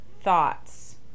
thoughts